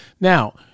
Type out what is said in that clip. Now